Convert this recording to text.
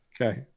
Okay